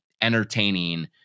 entertaining